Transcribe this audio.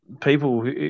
people